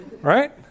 Right